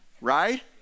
right